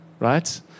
right